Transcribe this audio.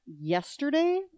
yesterday